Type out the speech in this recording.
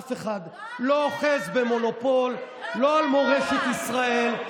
אף אחד לא אוחז במונופול לא על מורשת ישראל,